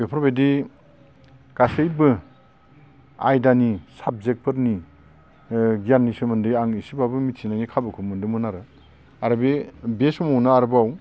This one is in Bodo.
बेफोरबायदि गासैबो आयदानि साबजेक्टफोरनि ओ गियाननि सोमोन्दै आं इसेब्लाबो मिथिनायनि खाबुखौ मोन्दोंमोन आरो आरो बे बे समावनो आरोबाव